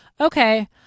okay